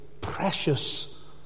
precious